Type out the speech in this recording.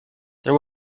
there